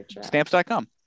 Stamps.com